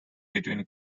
between